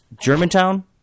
Germantown